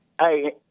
Hey